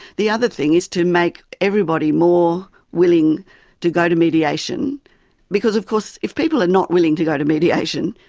the other thing is to make everybody more willing to go to mediation because of course if people are not willing to go to mediation,